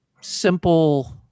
simple